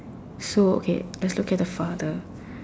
so okay let's look at the father